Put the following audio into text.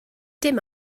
dim